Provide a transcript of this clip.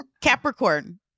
Capricorn